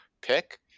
pick